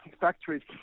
factories